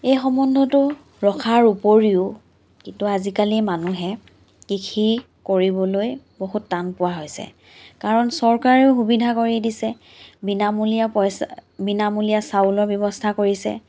এই সম্বন্ধটো ৰখাৰ উপৰিও কিন্তু আজিকালি মানুহে কৃষি কৰিবলৈ বহুত টান পোৱা হৈছে কাৰণ চৰকাৰেও সুবিধা কৰি দিছে বিনামূলীয়া পইচা বিনামূলীয়া চাউলৰ ব্যৱস্থা কৰিছে